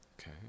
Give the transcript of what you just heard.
Okay